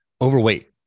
overweight